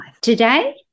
Today